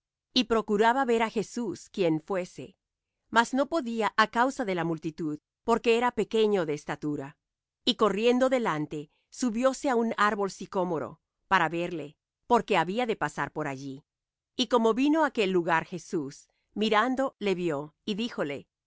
y procuraba ver á jesús quién fuese mas no podía á causa de la multitud porque era pequeño de estatura y corriendo delante subióse á un árbol sicómoro para verle porque había de pasar por allí y como vino á aquel lugar jesús mirando le vió y díjole